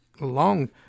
long